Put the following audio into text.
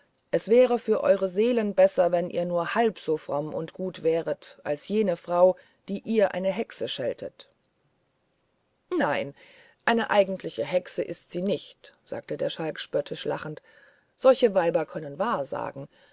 es wäre für eure seelen besser wenn ihr nur halb so fromm und gut wäret als jene frau die ihr eine hexe scheltet nein eine eigentliche hexe ist sie nicht sagte der schalk spöttisch lachend solche weiber können wahrsagen